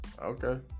Okay